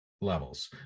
levels